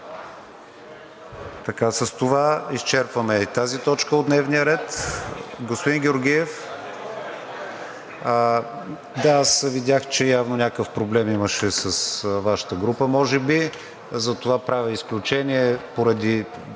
С това изчерпваме и тази точка от дневния ред. Господин Георгиев, видях, че имаше някакъв проблем с Вашата група може би, затова правя изключение поради